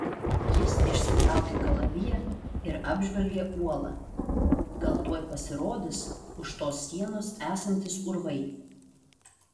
jis išsitraukė kalaviją ir apžvelgė uolą gal tuoj pasirodys už tos sienos esantys urvai